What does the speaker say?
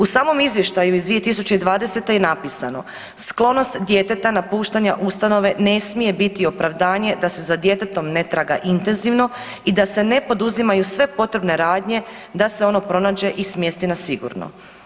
U samom izvještaju iz 2020. je napisano: „Sklonost djeteta, napuštanje ustanove ne smije biti opravdanje da se za djetetom ne traga intenzivno i da se ne poduzimaju sve potrebne radnje da se ono pronađe i smjesti na sigurno.